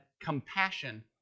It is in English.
compassion